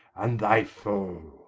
and thy foe.